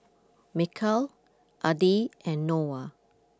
Mikhail Adi and Noah